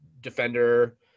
defender